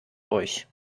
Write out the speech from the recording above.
euch